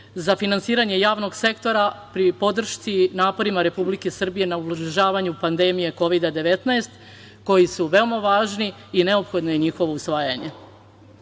za finansiranje javnog sektora pri podršci naporima Republike Srbije na ublažavanju pandemije Kovida-19, koji su veoma važni i neophodno je njihovo usvajanje,